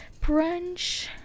brunch